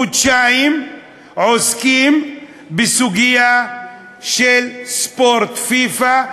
חודשיים עוסקים בסוגיה של ספורט, פיפ"א,